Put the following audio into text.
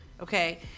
okay